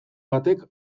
batek